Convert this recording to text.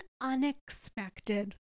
unexpected